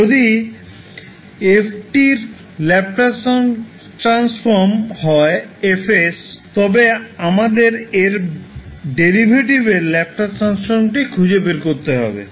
যদি 𝑓𝑡 এর Laplace transform হয় 𝐹 𝑠 তবে আমাদের এর ডেরিভেটিভের ল্যাপ্লাস ট্রান্সফর্মটি খুঁজে বের করতে হবে